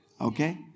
Okay